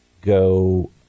go